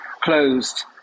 closed